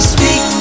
Speak